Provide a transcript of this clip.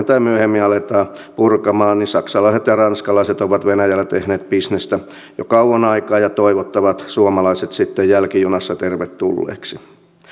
tai myöhemmin aletaan purkaa niin saksalaiset ja ranskalaiset ovat venäjällä tehneet bisnestä jo kauan aikaa ja toivottavat suomalaiset sitten jälkijunassa tervetulleiksi